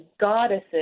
goddesses